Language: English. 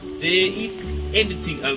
they eat anything